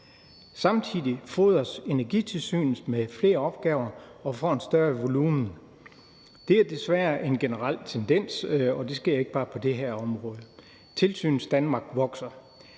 Samtidig fodres Energitilsynet med flere opgaver og får en større volumen. Det er desværre en generel tendens, og det sker ikke bare på det her område. Tilsynsdanmark vokser.